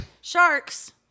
Sharks